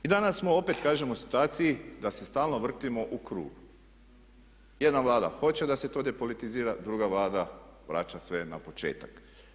I danas smo opet kažemo u situaciji da se stalno vrtimo u krug, jedna Vlada hoće da se to depolitizira, druga Vlada vraća sve na početak.